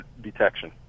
detection